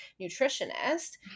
nutritionist